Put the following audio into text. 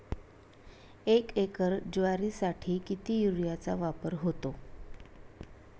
एक एकर ज्वारीसाठी किती युरियाचा वापर होतो?